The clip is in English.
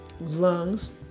lungs